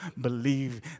believe